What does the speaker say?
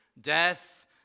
death